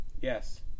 Yes